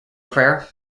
prayer